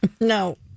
No